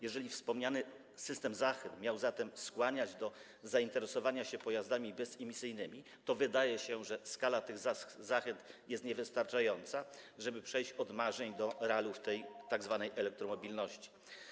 Jeżeli wspomniany system zachęt miał skłaniać do zainteresowania się pojazdami bezemisyjnymi, to wydaje się, że jego skala jest niewystarczająca, żeby przejść od marzeń do realu w tej tzw. elektromobilności.